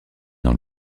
dans